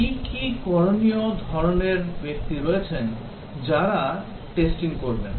কি কি করনীয় ধরনের ব্যক্তি রয়েছেন যারা টেস্টিং করবেন